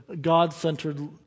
God-centered